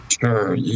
Sure